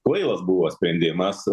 kvailas buvo sprendimas